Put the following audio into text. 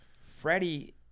Freddie